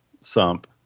sump